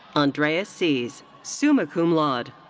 andreas seas, summa cum laude.